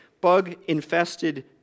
bug-infested